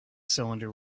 cylinder